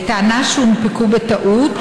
בטענה שהונפקו בטעות,